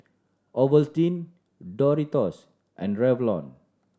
Ovaltine Doritos and Revlon